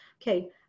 okay